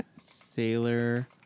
sailor